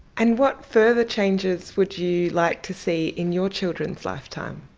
and what further changes would you like to see in your children's lifetime?